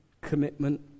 commitment